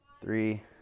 three